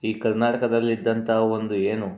ಈ ಕರ್ನಾಟಕದಲ್ಲಿ ಇದ್ದಂತಹ ಒಂದು ಏನು